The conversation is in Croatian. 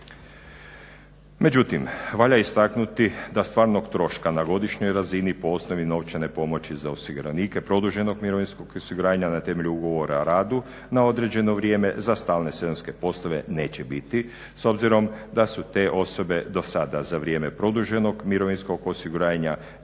Međutim, valja istaknuti da stvarnog troška na godišnjoj razini po osnovi novčane pomoći za osiguranike produženog mirovinskog osiguranja na temelju ugovora o radu na određeno vrijeme za stalne sezonske poslove neće biti s obzirom da su te osobe do sada za vrijeme produženog mirovinskog osiguranja